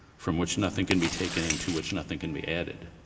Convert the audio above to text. from which nothing can be taken and to which nothing can be added.